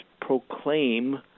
proclaim